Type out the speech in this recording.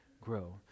grow